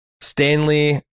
Stanley